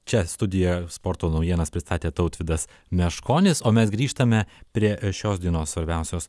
čia studijoje sporto naujienas pristatė tautvydas meškonis o mes grįžtame prie šios dienos svarbiausios